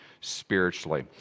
spiritually